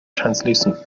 translucent